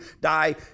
die